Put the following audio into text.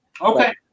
Okay